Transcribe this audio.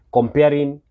Comparing